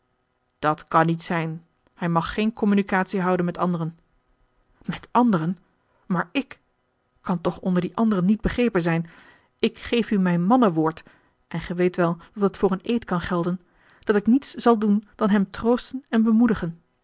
dat kan niet zijn hij mag geene communicatie houden met anderen met anderen maar ik kan toch onder die anderen niet begrepen zijn ik geef u mijn mannenwoord en gij weet wel dat het voor een eed kan gelden dat ik niets zal doen dan hem troosten en bemoedigen